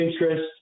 interest